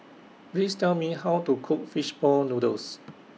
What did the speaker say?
Please Tell Me How to Cook Fish Ball Noodles